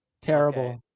Terrible